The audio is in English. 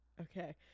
Okay